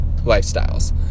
lifestyles